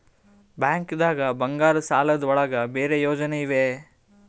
ಬ್ಯಾಂಕ್ದಾಗ ಬಂಗಾರದ್ ಸಾಲದ್ ಒಳಗ್ ಬೇರೆ ಯೋಜನೆ ಇವೆ?